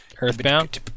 Earthbound